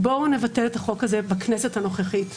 בואו נבטל את החוק הזה בכנסת הנוכחית.